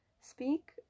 speak